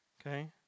Okay